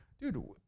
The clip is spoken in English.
dude